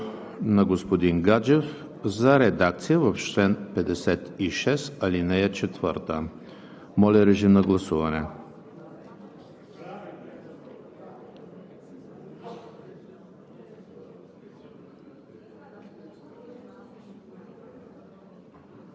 Други изказвания? Не виждам. Прекратявам разискванията. Преминаваме към гласуване. Първо ще подложа на гласуване предложението на господин Гаджев за редакция в чл. 56, ал. 4. Гласували